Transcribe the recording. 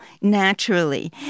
naturally